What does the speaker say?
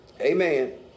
amen